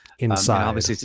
Inside